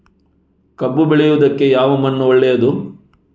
ಕಬ್ಬು ಬೆಳೆಯುವುದಕ್ಕೆ ಯಾವ ಮಣ್ಣು ಒಳ್ಳೆಯದು?